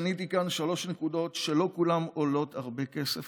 מניתי כאן שלוש נקודות שלא כולן עולות הרבה כסף,